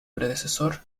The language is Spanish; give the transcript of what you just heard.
predecesor